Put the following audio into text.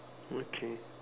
okay